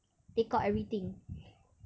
take out everything